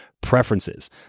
preferences